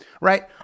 Right